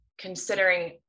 considering